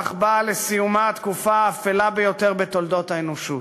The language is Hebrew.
כך באה לסיומה התקופה האפלה ביותר בתולדות האנושות.